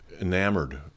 enamored